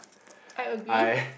I agree